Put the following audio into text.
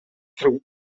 throughout